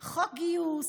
חוק גיוס,